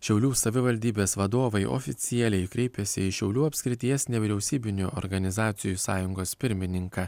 šiaulių savivaldybės vadovai oficialiai kreipėsi į šiaulių apskrities nevyriausybinių organizacijų sąjungos pirmininką